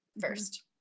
first